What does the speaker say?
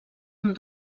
amb